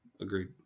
Agreed